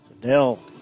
Dell